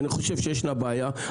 ואני חושב שישנה בעיה,